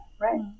right